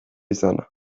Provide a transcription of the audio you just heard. izana